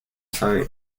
sabe